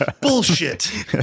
Bullshit